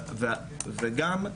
וגם,